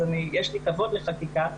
אז יש לי כבוד לחקיקה,